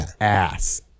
ass